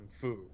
Fu